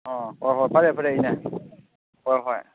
ꯑꯥ ꯍꯣꯏ ꯍꯣꯏ ꯐꯔꯦ ꯐꯔꯦ ꯏꯅꯦ ꯍꯣꯏ ꯍꯣꯏ